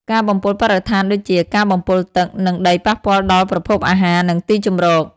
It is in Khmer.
ការបំពុលបរិស្ថានដូចជា ការបំពុលទឹក និងដីប៉ះពាល់ដល់ប្រភពអាហារ និងទីជម្រក។